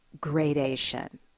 gradation